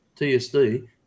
TSD